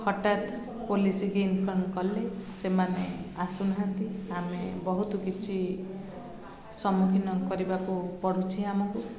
ହଠାତ ପୋଲିସକୁ ଇନଫର୍ମ କଲେ ସେମାନେ ଆସୁନାହାନ୍ତି ଆମେ ବହୁତ କିଛି ସମ୍ମୁଖୀନ କରିବାକୁ ପଡ଼ୁଛି ଆମକୁ